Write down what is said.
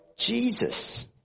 Jesus